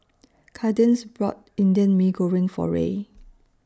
Kadence bought Indian Mee Goreng For Ray